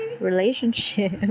relationship